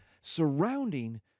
surrounding